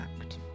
Act